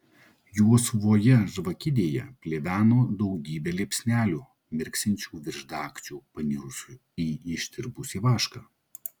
juosvoje žvakidėje pleveno daugybė liepsnelių mirksinčių virš dagčių panirusių į ištirpusį vašką